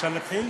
אפשר להתחיל?